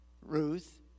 Ruth